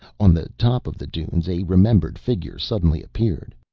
on the top of the dunes a remembered figure suddenly appeared,